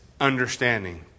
understanding